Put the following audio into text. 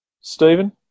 Stephen